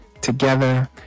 Together